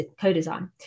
co-design